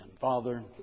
Father